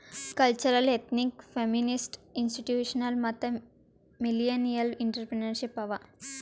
cultural, ethnic, feminist, institutional ಮತ್ತ millennial entrepreneurship ಅವಾ